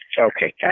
Okay